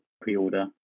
pre-order